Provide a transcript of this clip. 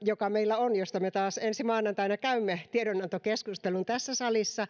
joka meillä on josta me taas ensi maanantaina käymme tiedonantokeskustelun tässä salissa